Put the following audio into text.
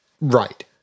Right